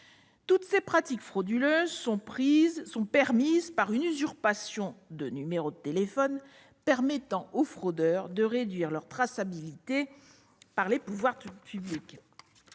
Toutes ces pratiques frauduleuses reposent sur une usurpation de numéro de téléphone permettant aux fraudeurs de réduire leur traçabilité par les pouvoirs publics.